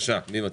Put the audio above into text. בבקשה, מי מציג?